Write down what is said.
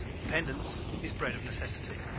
dependence is bred of necessity.